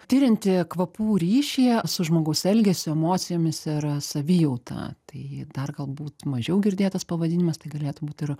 tirianti kvapų ryšį su žmogaus elgesiu emocijomis ir savijauta tai dar galbūt mažiau girdėtas pavadinimas tai galėtų būt ir